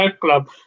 Club